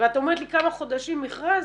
ואת אומרת לי כמה חודשים מכרז.